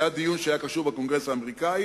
זה היה דיון שהיה קשור בקונגרס האמריקני,